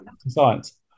science